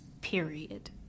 period